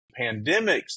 pandemics